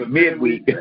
midweek